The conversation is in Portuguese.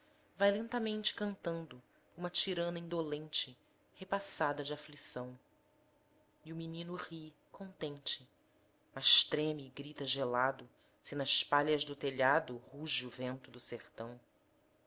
vai lentamente cantando uma tirana indolente repassada de aflição e o menino ri contente mas treme e grita gelado se nas palhas do telhado ruge o vento do sertão